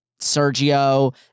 Sergio